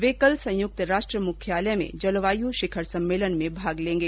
वे कल संयुक्त राष्ट्र मुख्यालय में जलवायु शिखर सम्मेलन में भाग लेंगे